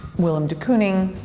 willem de kooning,